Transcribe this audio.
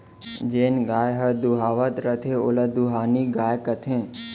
जेन गाय ह दुहावत रथे ओला दुहानी गाय कथें